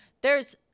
There's-